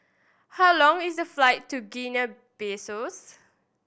how long is the flight to Guinea Bissaus